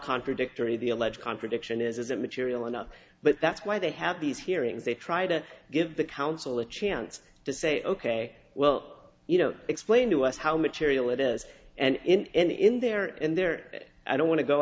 contradictory the alleged contradiction is immaterial enough but that's why they have these hearings they try to give the council a chance to say ok well you know explain to us how material it is and in there and there i don't want to go